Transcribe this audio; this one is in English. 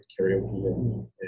karaoke